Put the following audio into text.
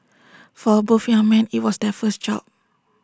for both young men IT was their first job